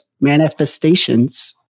manifestations